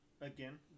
Again